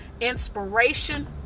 inspiration